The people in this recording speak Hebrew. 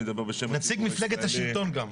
נציג מפלגת השלטון גם.